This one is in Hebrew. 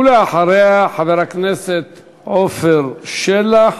ולאחריה, חבר הכנסת עפר שלח.